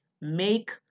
make